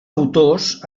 autors